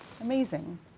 Amazing